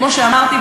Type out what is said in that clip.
כמו שאמרתי,